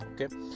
Okay